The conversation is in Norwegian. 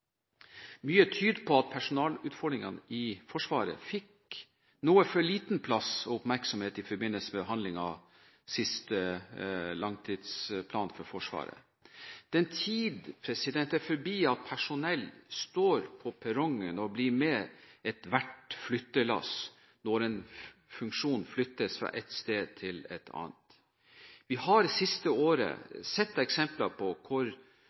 Mye tyder på at personalutfordringene i Forsvaret fikk noe for liten plass og oppmerksomhet i forbindelse med behandlingen av siste langtidsplan for Forsvaret. Den tid er forbi da personell sto på perrongen og ble med ethvert flyttelass når en funksjon flyttet fra et sted til et annet. Vi har det siste året sett eksempler på